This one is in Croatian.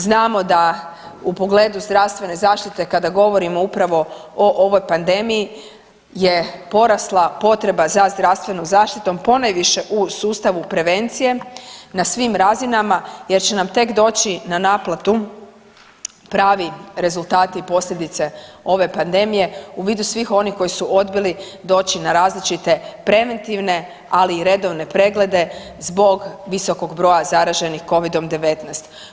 Znamo da u pogledu zdravstvene zaštite kada govorimo upravo o ovoj pandemiji je porasla potreba za zdravstvenom zaštitom ponajviše u sustavu prevencije na svim razinama jer će nam tek doći na naplatu pravi rezultati i posljedice ove pandemije u vidu svih onih koji su odbili doći na različite preventivne ali i redovne preglede zbog visokog broja zaraženih Covidom-19.